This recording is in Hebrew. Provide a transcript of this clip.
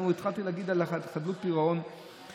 התחלתי להגיד על חדלות פירעון,